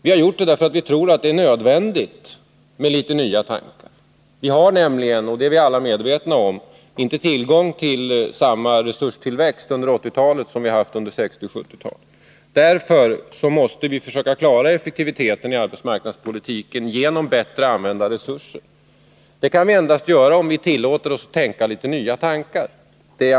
Vi tror att det är nödvändigt med nya tankar. Vi har nämligen, och det är väl alla medvetna om, inte tillgång till samma resurstillväxt under 1980-talet som vi hade under 1960 och 1970-talen. Därför måste vi försöka klara effektiviteten i arbetsmarknadspolitiken genom bättre använda resurser. Det kan vi endast göra om vi tillåter oss att tänka nya tankar.